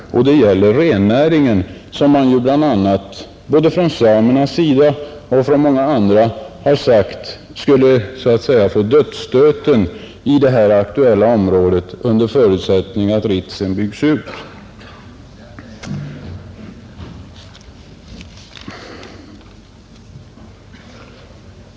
Det gäller rennäringen, som ju både samerna och många andra har sagt skulle få dödsstöten i det aktuella området under förutsättning att Ritsem byggs ut.